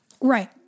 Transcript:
Right